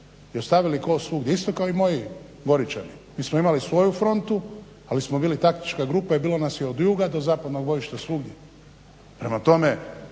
i ostavili kost svugdje isto kao i moji Goričani. Mi smo imali svoju frontu ali smo bili taktička grupa i bilo nas je od juga do zapadnog bojišta svugdje.